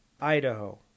Idaho